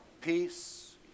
peace